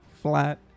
flat